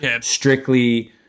strictly